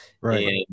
right